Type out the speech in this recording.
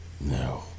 No